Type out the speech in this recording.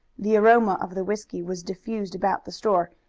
the aroma of the whisky was diffused about the store,